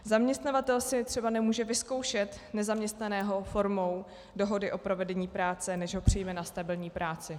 Zaměstnavatel si třeba nemůže vyzkoušet nezaměstnaného formou dohody o provedení práce, než ho přijme na stabilní práci.